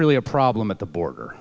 really a problem at the border